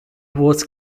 was